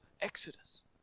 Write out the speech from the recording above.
Exodus